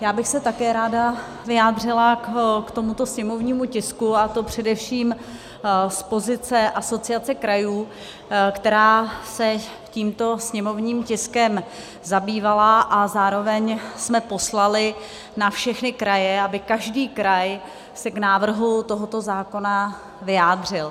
Já bych se také ráda vyjádřila k tomuto sněmovnímu tisku, a to především z pozice Asociace krajů, která se tímto sněmovním tiskem zabývala, a zároveň jsme poslali na všechny kraje, aby každý kraj se k návrhu tohoto zákona vyjádřil.